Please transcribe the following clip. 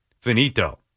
Finito